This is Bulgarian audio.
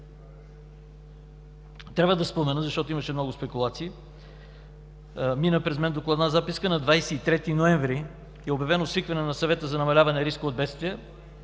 Трябва да спомена, защото имаше много спекулации. Мина през мен докладна записка – на 23 ноември е обявено свикване на Съвета за намаляване риска от бедствия,